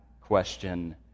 question